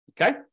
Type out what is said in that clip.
Okay